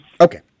Okay